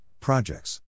projects